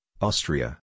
Austria